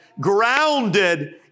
grounded